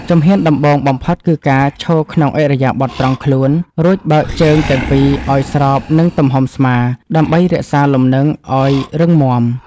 ជំហានដំបូងបំផុតគឺការឈរក្នុងឥរិយាបថត្រង់ខ្លួន រួចបើកជើងទាំងពីរឱ្យស្របនឹងទំហំស្មាដើម្បីរក្សាលំនឹងឱ្យរឹងមាំ។